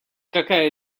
какая